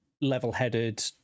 level-headed